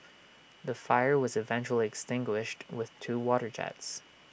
the fire was eventually extinguished with two water jets